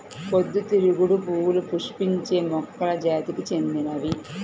పొద్దుతిరుగుడు పువ్వులు పుష్పించే మొక్కల జాతికి చెందినవి